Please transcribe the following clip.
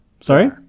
Sorry